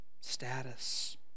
status